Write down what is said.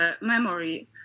memory